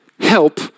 Help